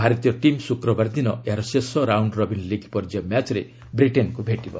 ଭାରତୀୟ ଟିମ୍ ଶ୍ରକ୍ରବାର ଦିନ ଏହାର ଶେଷ ରାଉଣ୍ଡରବିନ୍ ଲିଗ୍ ପର୍ଯ୍ୟାୟ ମ୍ୟାଚ୍ରେ ବ୍ରିଟେନ୍କୁ ଭେଟିବ